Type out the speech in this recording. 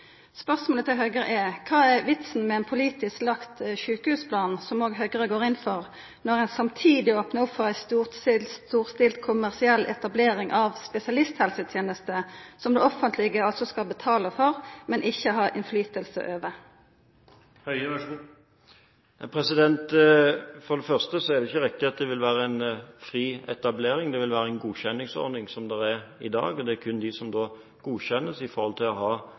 Spørsmålet til Høgre er: Kva er vitsen med ein politisk lagd sjukehusplan, som òg Høgre går inn for, når ein samtidig opnar opp for ei storstilt kommersiell etablering av spesialisthelseteneste som det offentlege altså skal betala for, men ikkje ha innflytelse over? For det første er det ikke riktig at det vil være en fri etablering. Det vil være en godkjenningsordning, som det er i dag. Det er kun de som godkjennes når det gjelder tilfredsstillende kvalitet, som vil kunne tilby sine tjenester til